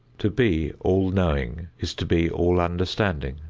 to be all-knowing is to be all-understanding,